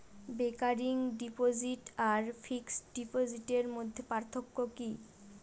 Recurring deposit আর fixed ডিপোজিটের মধ্যে পার্থক্য কি?